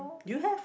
you have